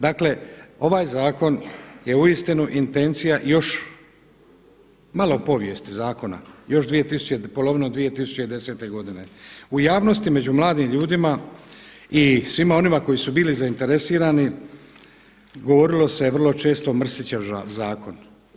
Dakle, ovaj zakon je uistinu intencija još malo povijesti zakona, još polovinom 2010. godine u javnosti među mladim ljudima i svima onima koji su bili zainteresirani govorilo se vrlo često Mrsićev zakon.